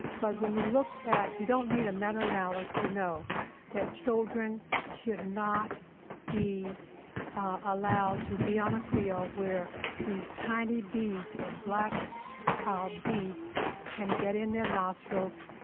but when you look at, at, you don't need a meta analysis to know that children should not be allowed to be on field where these tiny beads of black beads can get in their nostrils,